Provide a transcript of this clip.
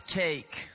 cake